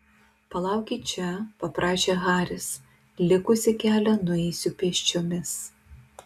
palaukit čia paprašė haris likusį kelią nueisiu pėsčiomis